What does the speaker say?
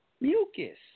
mucus